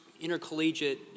intercollegiate